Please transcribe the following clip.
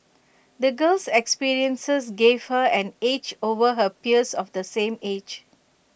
the girl's experiences gave her an edge over her peers of the same age